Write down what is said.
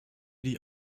die